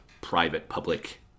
private-public